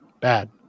bad